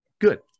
good